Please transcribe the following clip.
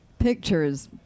Pictures